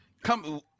Come